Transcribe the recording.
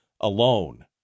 alone